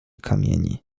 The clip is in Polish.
kamieni